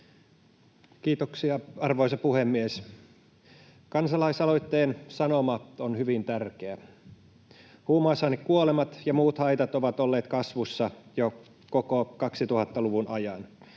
Kiitoksia, arvoisa puhemies! Kansalaisaloitteen sanoma on hyvin tärkeä. Huumausainekuolemat ja muut haitat ovat olleet kasvussa jo koko 2000-luvun ajan.